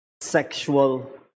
sexual